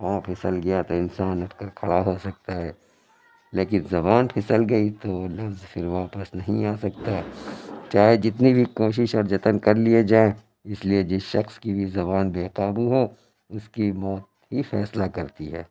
پاؤں پھسل گیا تو انسان اٹھ کر کھڑا ہو سکتا ہے لیکن زبان پھسل گئی تو لفظ پھر واپس نہیں آ سکتا چاہے جتنی بھی کوشش اور جتن کر لیے جائیں اس لیے جس شخص کی بھی زبان بے قابو ہو اس کی موت ہی فیصلہ کرتی ہے